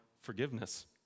forgiveness